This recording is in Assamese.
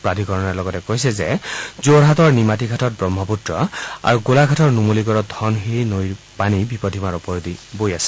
প্ৰাধিকৰণে লগতে কৈছে যে যোৰহাটৰ নিমাতীঘাটত ব্ৰহ্মপুত্ৰ আৰু গোলাঘাটৰ নুমলীগড়ত ধনশিৰি নৈৰ পানী বিপদসীমাৰ ওপৰেদি বৈ আছে